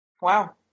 Wow